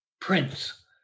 Prince